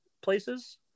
places